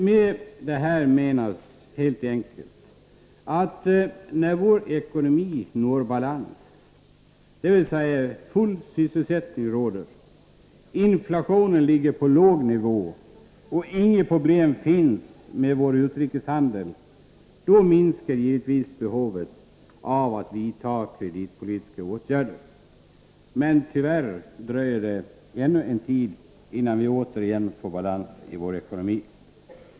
Med detta menas helt enkelt att när vår ekonomi når balans — dvs. full 67 sysselsättning råder, inflationen ligger på en låg nivå och inga problem finns med vår utrikeshandel — minskar givetvis behovet av att vidta kreditpolitiska åtgärder. Men tyvärr dröjer det ännu en tid innan vi återigen får balans i vår ekonomi.